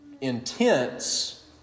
intense